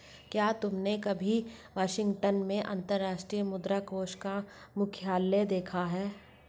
क्या तुमने कभी वाशिंगटन में अंतर्राष्ट्रीय मुद्रा कोष का मुख्यालय देखा है?